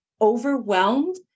overwhelmed